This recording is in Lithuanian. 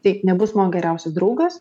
tai nebus mano geriausias draugas